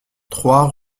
trois